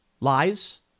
Lies